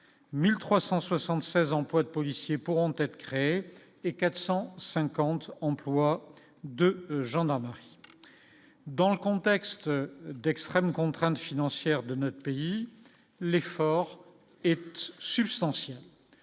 1376 emplois de policiers pourront être crées et 450 employes de gendarmerie dans le contexte d'extrême contrainte financière de notre pays, l'effort est substantiel,